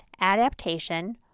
adaptation